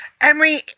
Emery